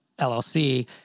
LLC